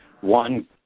One